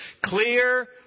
Clear